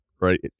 right